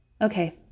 okay